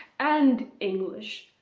and english.